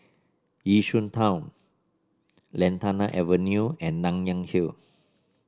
Yishun Town Lantana Avenue and Nanyang Hill